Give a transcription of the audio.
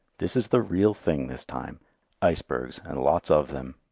this is the real thing this time icebergs, and lots of them.